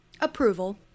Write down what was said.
approval